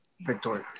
Victoria